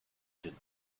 den